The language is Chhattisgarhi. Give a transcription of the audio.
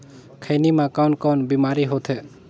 खैनी म कौन कौन बीमारी होथे?